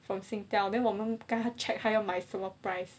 from singtel then 我们跟他 check 他要买什么 price